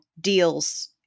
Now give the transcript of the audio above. deals